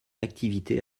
l’activité